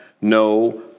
no